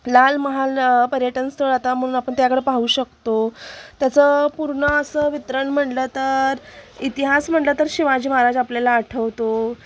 लाल महाल पर्यटनस्थळ आता म्हणून आपण त्याकडं पाहू शकतो त्याचं पूर्ण असं वितरण म्हटलं तर इतिहास म्हणलं तर शिवाजी महाराज आपल्याला आठवतो